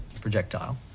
projectile